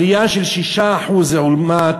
עלייה של 6% לעומת